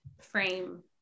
frame